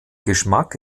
geschmack